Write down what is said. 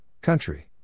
Country